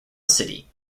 city